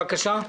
בבקשה.